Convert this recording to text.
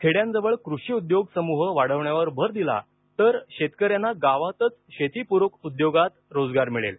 खेड्यांजवळ कृषी उद्योग समूह वाढवण्यावर भर दिला तर शेतकऱ्यांना गावातच शेतीपूरक उद्योगात रोजगार मिळेल